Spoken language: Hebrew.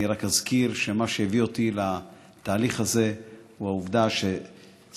אני רק אזכיר שמה שהביא אותי לתהליך הזה הוא העובדה שסבי,